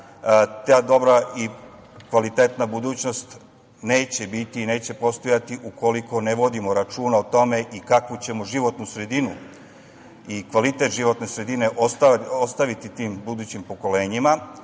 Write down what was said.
ta dobra i kvalitetna budućnost neće biti, neće postojati ukoliko ne vodimo računa o tome i kakvu ćemo životnu sredinu i kvalitet životne sredine ostaviti tim budućim pokolenjima.